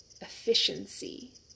efficiency